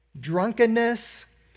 drunkenness